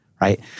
right